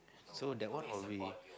so that one will be